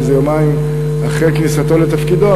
כי זה יומיים אחרי כניסתו לתפקידו,